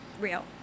Real